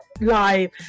live